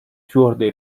твердой